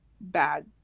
bad